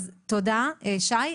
אז תודה שי.